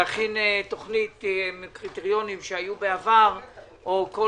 להכין תוכנית עם קריטריונים שהיו בעבר או כל